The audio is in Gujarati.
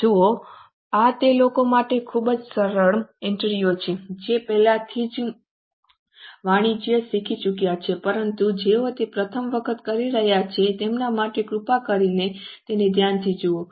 જુઓ આ તે લોકો માટે ખૂબ જ સરળ એન્ટ્રીઓ છે જેઓ પહેલાથી જ વાણિજ્ય શીખી ચૂક્યા છે પરંતુ જેઓ તે પ્રથમ વખત કરી રહ્યા છે તેમના માટે કૃપા કરીને તેને ધ્યાનથી જુઓ